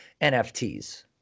NFTs